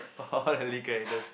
oh all the lead characters